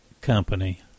Company